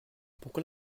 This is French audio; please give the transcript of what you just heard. pourquoi